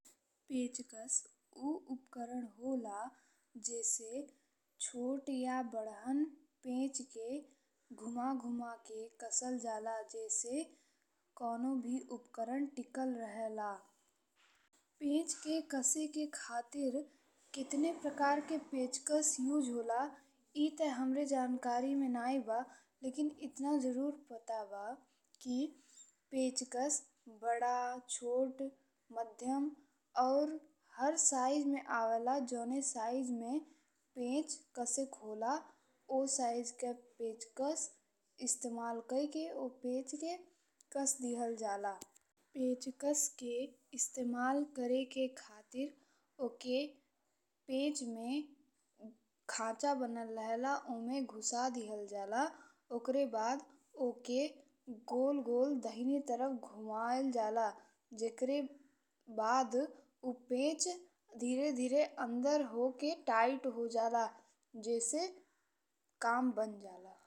पेचकस उ उपकरण होला जैसे छोट या बड़हन पेच के घुमा घुमा के कसल जाला। जैसे कोनो भी उपकरण ठीकल राहेला। पेच के कसे के खातिर केतने प्रकार के पेचकस इस्तेमाल होला ए ते हमरे जानकारी में नहीं बा लेकिन एतना जरूर पता बा कि पेचकस बड़ा, छोट, मध्यम और हर साइज में आवेला। जौने साइज में पेच कसैक होला ओह साइज के पेचकस इस्तेमाल कई के ओ पेच के कस दीहल जाला। पेचकस के इस्तेमाल करेके खातिर ओके पेच में खाचगा बनाल राहेला ओमे घुसा दीहल जाला। ओकरे बाद ओके गोल गोल दाहिने तरफ घुमाएल जाला। जेकरे बाद उ पेच धीरे धीरे अंदर होके टाईट हो जाला। जैसे काम बनी जाला।